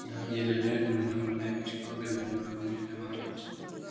दा गेलेनो नुनो मोननाय आथिखालाव गेलेनाय नुनो मोननायानो मार्बलसो